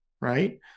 right